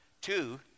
Two